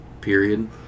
period